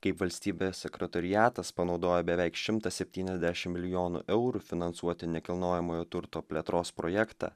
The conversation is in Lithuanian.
kaip valstybės sekretoriatas panaudojo beveik šimtą septyniasdešimt milijonų eurų finansuoti nekilnojamojo turto plėtros projektą